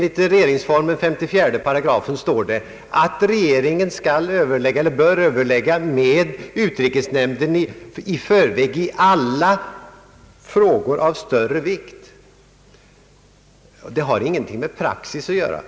I regeringsformens 8 54 står det att regeringen bör överlägga med utrikesnämnden i förväg i alla frågor av större vikt. Dei har ingenting med praxis att göra.